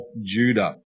Judah